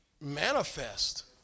manifest